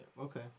Okay